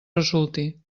resulti